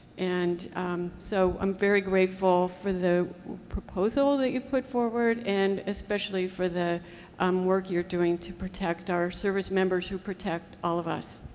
and so i'm very grateful for the proposal that you put forward and especially for the um work you're doing to protect our servicemembers who protect all of us.